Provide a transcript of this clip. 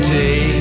day